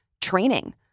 training